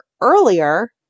earlier